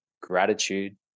gratitude